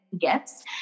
gifts